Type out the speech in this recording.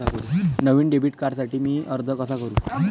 नवीन debit कार्डसाठी मी अर्ज कसा करू?